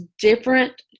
different